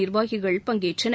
நிர்வாகிகள் பங்கேற்றனர்